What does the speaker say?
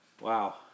Wow